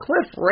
Cliff